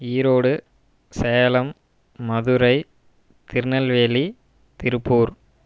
Erode Salem Madurai Tirunelveli Tiruppur